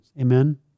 Amen